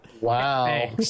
wow